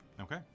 Okay